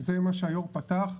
זה מה שהיו"ר פתח,